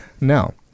Now